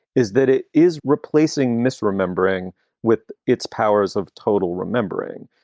is that it is replacing misremembering with its powers of total remembering,